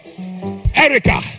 Erica